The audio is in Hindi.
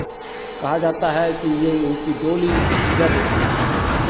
कहा जाता है कि ये उनकी डोली जब